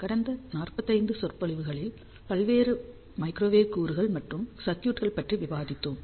கடந்த 45 சொற்பொழிவுகளில் பல்வேறு மைக்ரோவேவ் கூறுகள் மற்றும் சர்க்யூட்கள் பற்றி விவாதித்தோம்